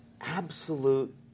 absolute